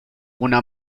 una